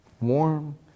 warm